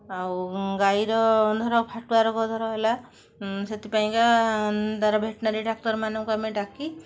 ଆଉ ଗାଈର ଧର ଫାଟୁଆ ରୋଗ ଧର ହେଲା ସେଇଥିପାଇଁକା ତା'ର ଭେଟନାରୀ ଡାକ୍ତରମାନଙ୍କୁ ଆମେ ଡାକି